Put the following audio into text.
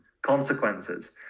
consequences